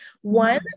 One